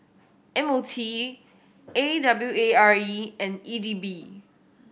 M O T A W A R E and E D B